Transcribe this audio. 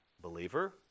believer